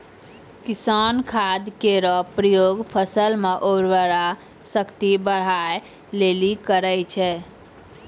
किसान खाद केरो प्रयोग फसल म उर्वरा शक्ति बढ़ाय लेलि करै छै